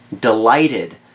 delighted